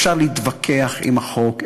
אפשר להתווכח על החוק,